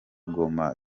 goma